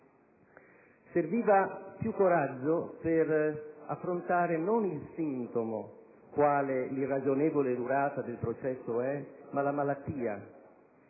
Serviva più coraggio per affrontare non il sintomo, quale l'irragionevole durata del processo è, ma la malattia,